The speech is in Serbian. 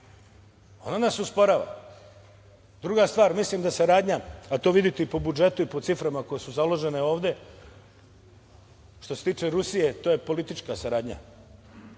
nas ona usporava. Druga stvar, mislim da saradnja, a to vidite i po budžetu i po ciframa koje su založene ovde, što se tiče Rusije, to je politička saradnja,